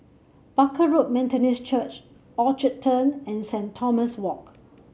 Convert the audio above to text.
Barker Road Methodist Church Orchard Turn and Saint Thomas Walk